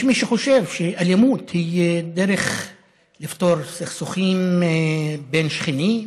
יש מי שחושב שאלימות היא דרך לפתור סכסוכים בין שכנים,